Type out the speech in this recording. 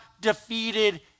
defeated